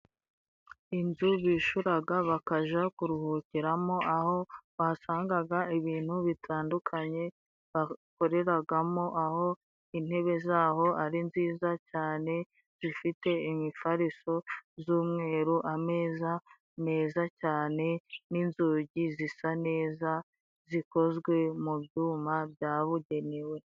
Inzu bishuraga bakaja kuruhukiramo, aho bahasangaga ibintu bitandukanye bakoreragamo, aho intebe z'aho ari nziza cyane zifite imifariso z'umweru, ameza meza cyane n'inzugi zisa neza zikozwe mu byuma byabugenewe.